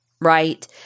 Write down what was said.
right